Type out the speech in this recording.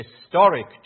historic